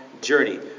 journey